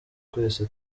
twese